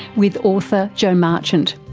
with author jo marchant.